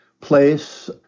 place